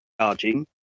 charging